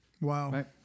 Wow